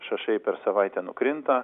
šašai per savaitę nukrinta